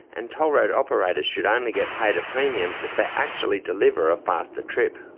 and toll road operators should only get paid a premium if they actually deliver a faster trip.